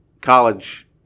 college –